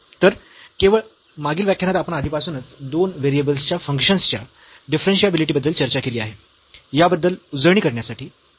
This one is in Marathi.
तर केवळ मागील व्याख्यानात आपण आधीपासूनच दोन व्हेरिएबल्सच्या फंक्शन्सच्या डिफरन्शियाबिलिटी बद्दल चर्चा केली आहे याबद्दल उजळणी करण्यासाठी